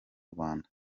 rwanda